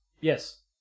Yes